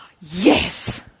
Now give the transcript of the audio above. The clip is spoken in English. Yes